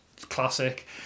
classic